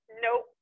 nope